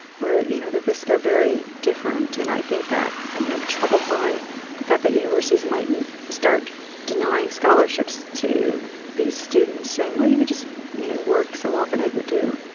where you know the risks are very different, and i think that, and am troubled by the fact that universities mightn't start denying scholarships to these students, saying, well you could just work. so donate an egg or two.